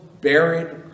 buried